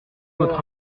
votre